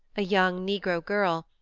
a young negro girl,